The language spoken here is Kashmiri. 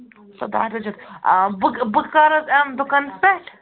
آ بہٕ بہٕ کر حظ یِم دُکانَس پٮ۪ٹھ